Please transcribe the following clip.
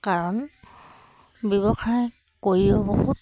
কাৰণ ব্যৱসায় কৰিও বহুত